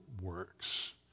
works